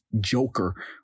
Joker